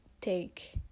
take